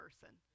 Person